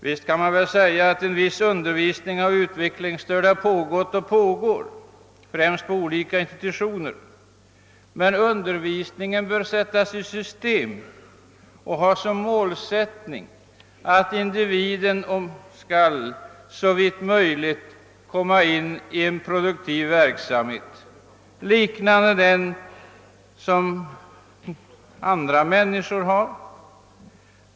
Det kan naturligtvis invändas att en viss undervisning av utveckligsstörda har pågått och pågår, främst på olika institutioner, men undervisningen bör sättas i system och ha som målsättning att individen såvitt möjligt skall föras in i en produktiv verksamhet, liknande den som andra människor utövar.